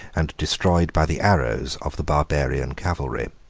and destroyed by the arrows of the barbarian cavalry.